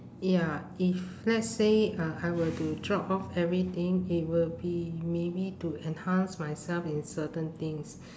ya if let's say uh I were to drop off everything it will be maybe to enhance myself in certain things